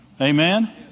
Amen